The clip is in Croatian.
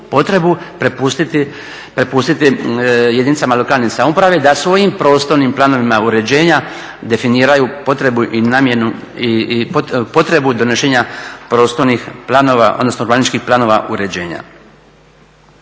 prepustiti jedinicama lokalne samouprave da svojim prostornim planovima uređenja definiraju potrebu i namjenu, potrebu donošenja prostornih planova odnosno urbanističkih planova uređenja.